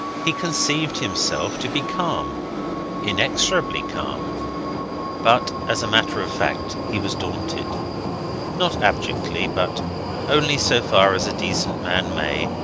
he conceived himself to be calm inexorably calm but as a matter of fact he was daunted not abjectly, but only so far as a decent man may,